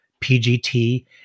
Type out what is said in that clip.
PGT